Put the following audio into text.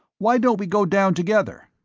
why don't we go down together?